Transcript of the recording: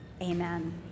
Amen